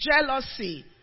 jealousy